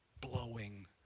blowing